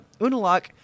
Unalak